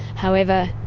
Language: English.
however,